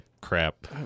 crap